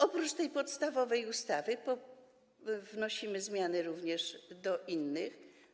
Oprócz tej podstawowej ustawy wnosimy zmiany również do innych.